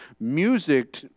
music